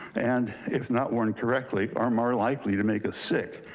and if not worn correctly are more likely to make us sick,